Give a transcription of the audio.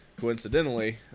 Coincidentally